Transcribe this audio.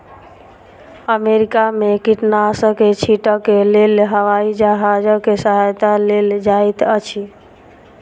America में कीटनाशक छीटक लेल हवाई जहाजक सहायता लेल जाइत अछि